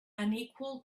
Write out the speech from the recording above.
unequal